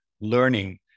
learning